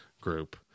group